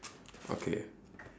okay